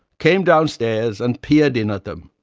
came downstairs and peered in at them.